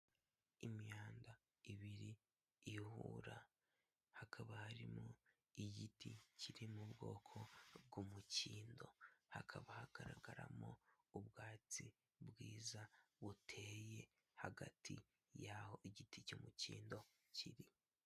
Imihanda ibiri ihura hakaba harimo igiti kiri mu bwoko bw'umukindo, hakaba hagaragaramo ubwatsi bwiza buteye hagati y'aho igiti cy'umukindo kiri.